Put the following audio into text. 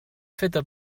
feta